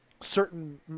Certain